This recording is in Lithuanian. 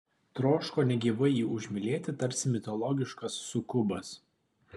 troško negyvai jį užmylėti tarsi mitologiškas sukubas